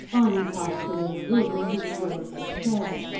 mahony passed to an inner room where he was waved to a chair.